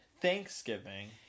Thanksgiving